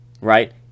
Right